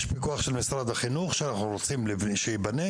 יש פיקוח של משרד החינוך שאנחנו רוצים שייבנה,